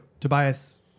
Tobias